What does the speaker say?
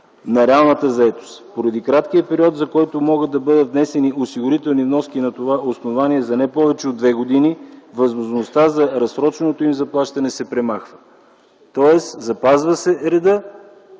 на реалната заетост. Поради краткия период, за който могат да бъдат внесени осигурителни вноски на това основание – за не повече от две години, възможността за разсроченото им заплащане се премахва. Тоест, запазва се редът